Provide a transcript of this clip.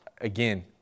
again